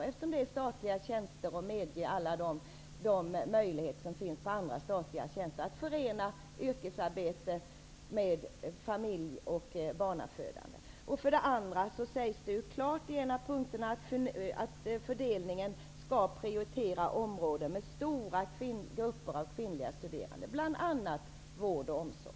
Det är statliga tjänster och de medger alla de möjligheter som finns på andra statliga tjänster, nämligen att förena yrkesarbete med familj och barnafödande. För det andra sägs det klart på en av punkterna att man i fördelningen skall prioritera områden med stora grupper av kvinnliga studerande, bl.a. vård och omsorg.